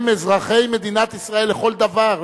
הם אזרחי מדינת ישראל לכל דבר,